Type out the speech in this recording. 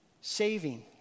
saving